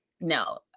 no